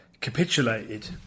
capitulated